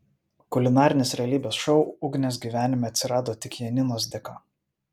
kulinarinis realybės šou ugnės gyvenime atsirado tik janinos dėka